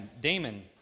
Damon